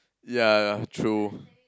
yeah true